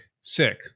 Sick